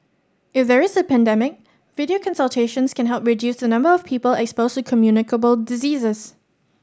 if there is a pandemic video consultations can help reduce the number of people exposed to communicable diseases